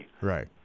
Right